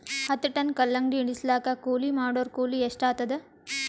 ಹತ್ತ ಟನ್ ಕಲ್ಲಂಗಡಿ ಇಳಿಸಲಾಕ ಕೂಲಿ ಮಾಡೊರ ಕೂಲಿ ಎಷ್ಟಾತಾದ?